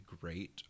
great